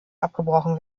abgebrochen